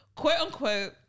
Quote-unquote